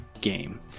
game